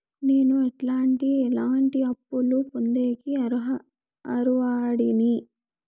నేను ఎట్లాంటి ఎట్లాంటి అప్పులు పొందేకి అర్హుడిని?